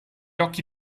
occhi